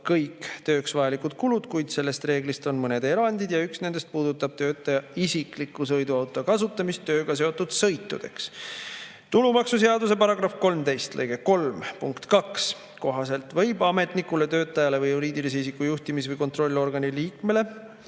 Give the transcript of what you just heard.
kõik tööks vajalikud kulud, kuid sellest reeglist on mõned erandid. Ja üks nendest puudutab töötaja isikliku sõiduauto kasutamist tööga seotud sõitudeks. Tulumaksuseaduse § 13 lõike 3 punkti 2 kohaselt võib ametnikule, töötajale või juriidilise isiku juhtimis- või kontrollorgani liikmele